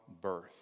birth